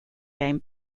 game